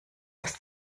muss